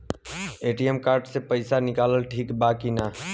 ATM card से पईसा निकालल ठीक बा की ना?